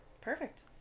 Perfect